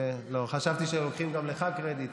חשבתי שגם לוקחים לך קרדיט,